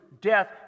death